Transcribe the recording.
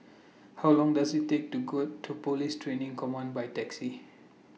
How Long Does IT Take to got to Police Training Command By Taxi